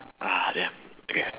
ah yeah okay